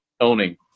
owning